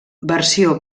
versió